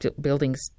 buildings